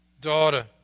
Daughter